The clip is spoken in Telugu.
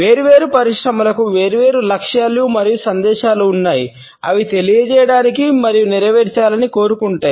వేర్వేరు పరిశ్రమలకు వేర్వేరు లక్ష్యాలు మరియు సందేశాలు ఉన్నాయి అవి తెలియజేయడానికి మరియు నెరవేర్చాలని కోరుకుంటాయి